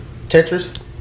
Tetris